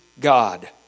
God